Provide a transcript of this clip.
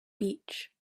beach